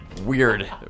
Weird